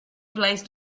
blazed